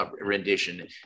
rendition